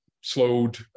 slowed